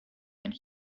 and